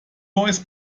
voice